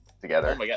together